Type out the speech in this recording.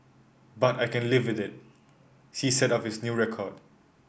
but I can live with it she said of his new record